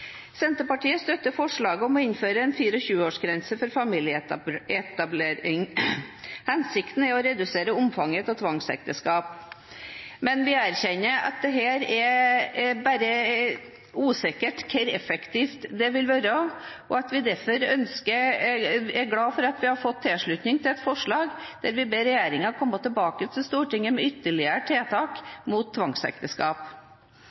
Senterpartiet støtter forslaget om å innføre en 24-årsgrense for familieetablering. Hensikten er å redusere omfanget av tvangsekteskap, men vi erkjenner at det er usikkert hvor effektivt det vil være, og vi er derfor glad for at vi har fått tilslutning til et forslag der vi ber regjeringen komme tilbake til Stortinget med ytterligere